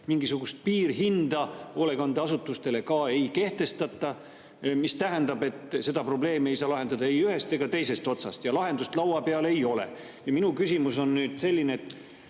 mingisugust piirhinda hoolekandeasutustele ei kehtestata, mis tähendab, et seda probleemi ei saa lahendada ei ühest ega teisest otsast ja lahendust laua peal ei ole. Minu küsimus on selline.